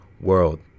world